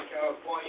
California